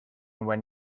when